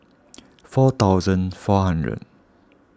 four thousand four hundred